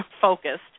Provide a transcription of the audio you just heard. focused